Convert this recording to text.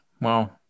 wow